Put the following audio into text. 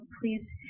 please